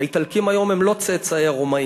האיטלקים היום הם לא צאצאי הרומאים,